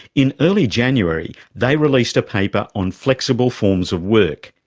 in early january, they released a paper on flexible forms of work.